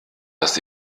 das